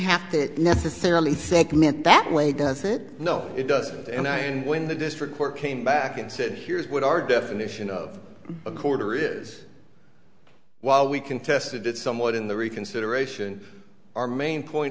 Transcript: have to necessarily segment that way does it no it doesn't and i mean when the district court came back and said here's what our definition of a quarter is while we contested it somewhat in the reconsideration our main point